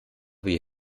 wie